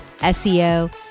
SEO